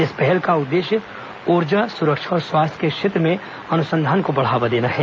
इस पहल का उद्देश्य ऊर्जा सुरक्षा और स्वास्थ्य के क्षेत्र में अनुसंधान को बढ़ावा देना है